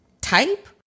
type